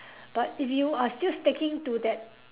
but if you are still sticking to that